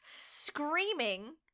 screaming